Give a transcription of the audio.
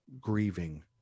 grieving